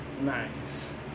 Nice